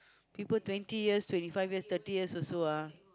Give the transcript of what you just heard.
people twenty years twenty five years thirty years also ah